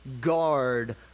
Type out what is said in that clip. guard